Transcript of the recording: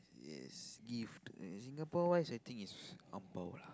yes gift in Singapore wise I think is ang bao lah